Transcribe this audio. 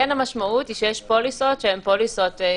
המשמעות היא שיש פוליסות מוגברות,